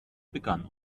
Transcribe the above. begann